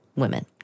Women